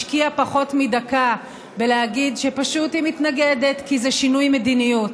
השקיעה פחות מדקה בלהגיד שהיא פשוט מתנגדת כי זה שינוי מדיניות.